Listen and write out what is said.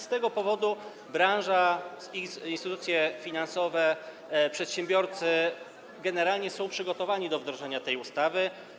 Z tego powodu branża, instytucje finansowe, przedsiębiorcy generalnie są przygotowani do wdrożenia tej ustawy.